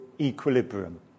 equilibrium